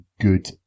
good